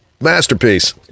masterpiece